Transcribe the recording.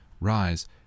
Rise